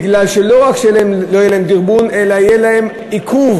כי לא רק שלא יהיה להם דרבון אלא יהיה להם עיכוב.